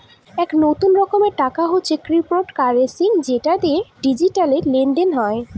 এক নতুন রকমের টাকা হচ্ছে ক্রিপ্টোকারেন্সি যেটা দিয়ে ডিজিটাল লেনদেন হয়